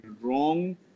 wrong